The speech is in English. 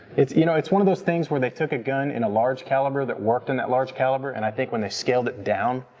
it's you know it's one of those things where they took a gun in a large caliber that worked in that large caliber and i think when they scaled it down,